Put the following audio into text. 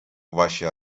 ваші